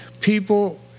People